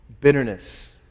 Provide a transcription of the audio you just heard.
bitterness